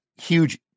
huge